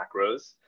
Macros